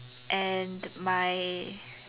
and my